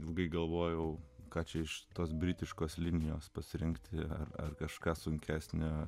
ilgai galvojau ką čia iš tos britiškos linijos pasirinkti ar kažką sunkesnę